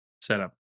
setup